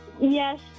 Yes